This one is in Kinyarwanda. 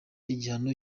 igihano